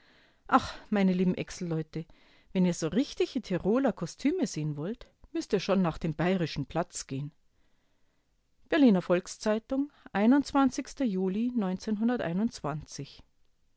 ach meine lieben exl-leute wenn ihr so richtige tiroler kostüme sehen wollt müßt ihr schon nach dem bayerischen platz gehen berliner volks-zeitung juli